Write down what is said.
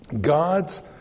God's